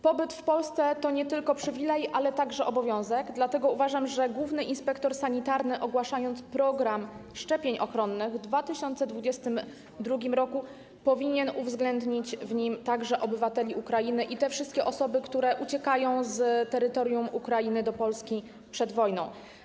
Pobyt w Polsce to nie tylko przywilej, ale także obowiązek, dlatego uważam, że główny inspektor sanitarny, ogłaszając program szczepień ochronnych w 2022 r., powinien uwzględnić w nim także obywateli Ukrainy i te wszystkie osoby, które uciekają z terytorium Ukrainy do Polski przed wojną.